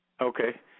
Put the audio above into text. Okay